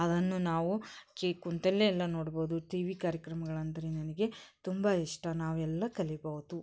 ಅದನ್ನು ನಾವು ಕಿ ಕುಂತಲ್ಲೇ ಎಲ್ಲ ನೋಡ್ಬೋದು ಟಿವಿ ಕಾರ್ಯಕ್ರಮಗಳಂದರೆ ನನಗೆ ತುಂಬ ಇಷ್ಟ ನಾವೆಲ್ಲ ಕಲೀಬೋದು